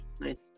Nice